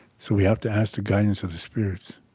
so we have to ask the guidance of the spirits,